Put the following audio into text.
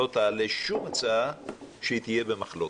לא תעלה שום הצעה שתהיה במחלוקת.